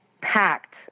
packed